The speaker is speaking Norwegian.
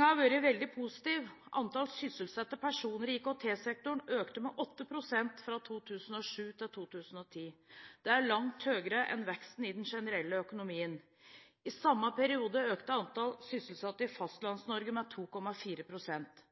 har vært veldig positiv. Antall sysselsatte personer i IKT-sektoren økte med 8 pst. fra 2007 til 2010. Det er langt høyere enn veksten i den generelle økonomien. I samme periode økte antall sysselsatte i Fastlands-Norge med 2,4 pst.